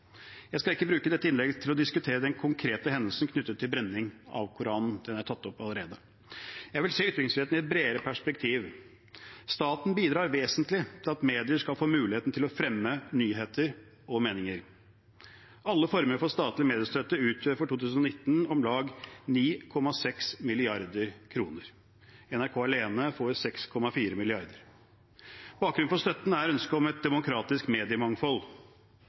Jeg skal ikke bruke dette innlegget til å diskutere den konkrete hendelsen som er knyttet til brenning av Koranen – det er tatt opp allerede. Jeg vil se på ytringsfriheten i et bredere perspektiv. Staten bidrar vesentlig til at medier skal få mulighet til å fremme nyheter og meninger. Alle former for statlig mediestøtte utgjør for 2019 om lag 9,6 mrd. kr. NRK alene får 6,4 mrd. kr. Bakgrunnen for støtten er ønsket om et demokratisk mediemangfold.